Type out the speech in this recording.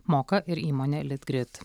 moka ir įmonė litgrid